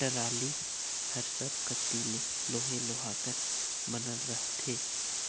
trolley हर सब कती ले लोहे लोहा कर बनल रहथे,